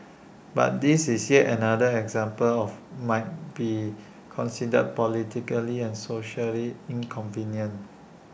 but this is yet another example of might be considered politically and socially inconvenient